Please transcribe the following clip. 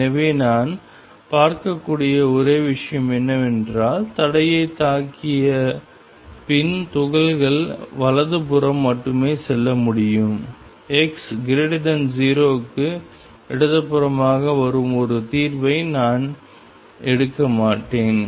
எனவே நான் பார்க்கக்கூடிய ஒரே விஷயம் என்னவென்றால் தடையைத் தாக்கிய பின் துகள்கள் வலதுபுறம் மட்டுமே செல்ல முடியும் x0 க்கு இடதுபுறமாக வரும் ஒரு தீர்வை நான் எடுக்க மாட்டேன்